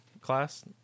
class